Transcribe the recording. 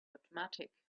automatic